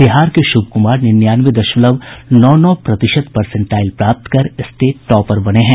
बिहार के शुभ कुमार निन्यानवे दशमलव नौ नौ प्रतिशत परसेंटाईल प्राप्त कर स्टेट टॉपर बने हैं